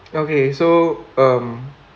okay so um